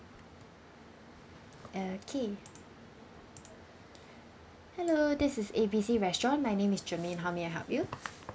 okay hello this is A B C restaurant my name is germaine how may I help you